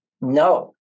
No